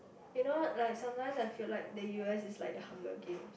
you know what like sometimes I feel like the U_S is like the Hunger Games